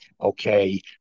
okay